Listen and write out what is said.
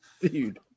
dude